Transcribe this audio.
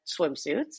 swimsuits